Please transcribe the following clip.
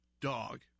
dog